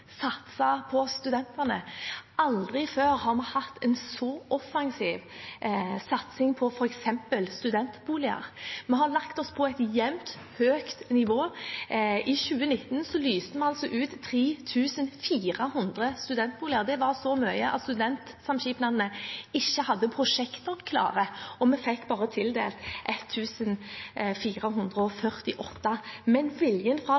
på studentene. Aldri før har vi hatt en så offensiv satsing på f.eks. studentboliger. Vi har lagt oss på et jevnt høyt nivå. I 2019 lyste vi ut 3 400 studentboliger. Det var så mye at studentsamskipnadene ikke hadde prosjekter klare, og vi fikk bare tildelt 1 448, men viljen fra